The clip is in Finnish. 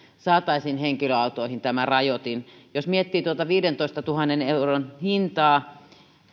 saataisiin henkilöautoihin rajoitin jos miettii tuota viidentoistatuhannen euron hintaa